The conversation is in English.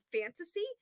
fantasy